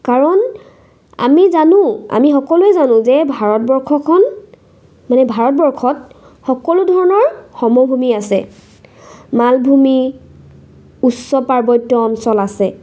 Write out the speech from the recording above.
কাৰণ আমি জানো আমি সকলোৱে জানো যে ভাৰতবৰ্ষখন মানে ভাৰতবৰ্ষত সকলো ধৰণৰ সমভূমি আছে মালভূমি উচ্চ পাৰ্বত্য অঞ্চল আছে